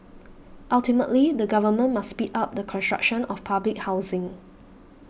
ultimately the government must speed up the construction of public housing